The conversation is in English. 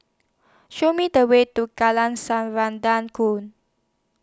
Show Me The Way to Ku